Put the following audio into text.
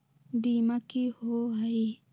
बीमा की होअ हई?